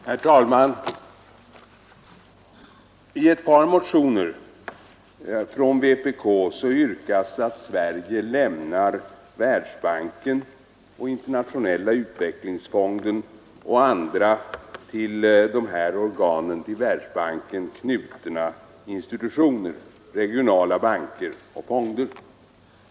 Herr talman! I ett par motioner från vpk yrkas att Sverige lämnar Världsbanken, Internationella utvecklingsfonden och andra till Världsbanken knutna organ, regionala banker och fonder.